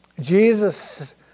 Jesus